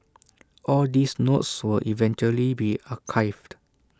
all these notes will eventually be archived